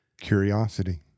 Curiosity